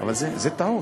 אבל זו טעות.